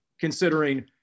considering